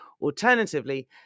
Alternatively